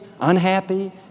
unhappy